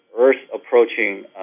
Earth-approaching